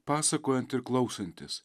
pasakojant ir klausantis